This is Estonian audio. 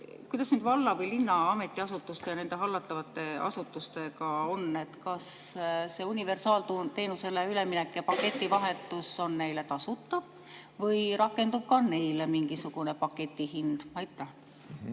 Kuidas nüüd valla ja linna ametiasutuste ning nende hallatavate asutustega on? Kas universaalteenusele üleminek ja paketi vahetus on neile tasuta või rakendub ka neile mingisugune paketihind? Aitäh!